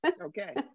Okay